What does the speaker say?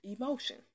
emotion